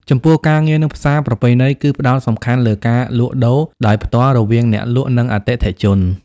ចំពោះការងារនៅផ្សារប្រពៃណីគឺផ្តោតសំខាន់លើការលក់ដូរដោយផ្ទាល់រវាងអ្នកលក់ និងអតិថិជន។